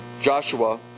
Joshua